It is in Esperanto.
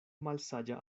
malsaĝa